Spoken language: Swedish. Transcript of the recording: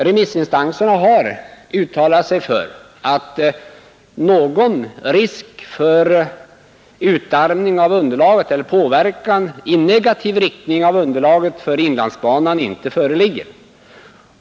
Remissinstanserna har uttalat att någon risk för utarmning av underlaget eller påverkan i negativ riktning av underlaget för inlandsbanan inte föreligger.